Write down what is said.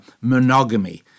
monogamy